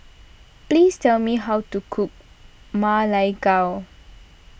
please tell me how to cook Ma Lai Gao